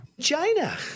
China